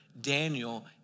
Daniel